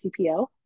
CPO